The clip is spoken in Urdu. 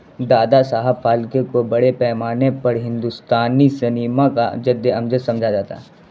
دادا صاحب پھالکے کو بڑے پیمانے پر ہندوستانی سنیما کا جد امجد سمجھا جاتا ہے